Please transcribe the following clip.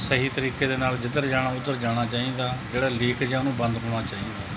ਸਹੀ ਤਰੀਕੇ ਦੇ ਨਾਲ ਜਿੱਧਰ ਜਾਣਾ ਉੱਧਰ ਜਾਣਾ ਚਾਹੀਦਾ ਜਿਹੜਾ ਲੀਕ ਜਿਹਾ ਉਹਨੂੰ ਬੰਦ ਹੋਣਾ ਚਾਹੀਦਾ